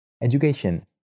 Education